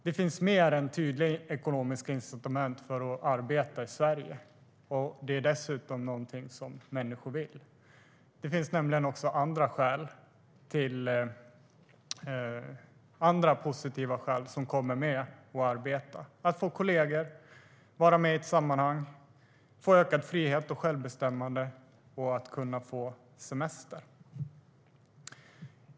Det finns mer än tydliga ekonomiska incitament för att arbeta i Sverige, och det är dessutom något människor vill göra. Det finns nämligen även annat positivt som kommer med att arbeta, som att få kollegor, vara med i ett sammanhang, få ökad frihet och ökat självbestämmande samt kunna få semester.